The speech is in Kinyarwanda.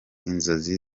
inzozi